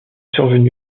survenu